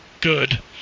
good